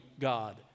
God